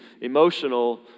emotional